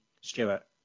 Stewart